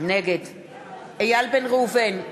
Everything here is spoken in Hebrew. נגד איל בן ראובן,